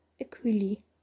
equally